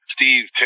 Steve